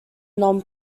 non